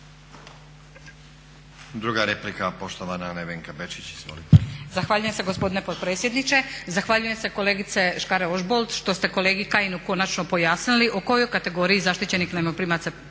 **Bečić, Nevenka (HGS)** Zahvaljujem se gospodin potpredsjedniče. Zahvaljujem se kolegice Škare-Ožbolt što ste kolegi Kajinu konačno pojasnili o kojoj kategoriji zaštićenih najmoprimaca se radi i